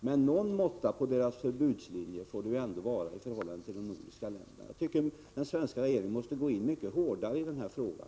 Men någon måtta på OECD:s förbudslinje i förhållande till de nordiska länderna får det ju ändå vara. Jag tycker att den svenska regeringen måste gå in mycket hårdare i den här frågan.